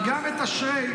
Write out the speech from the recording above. וגם את "אשרי".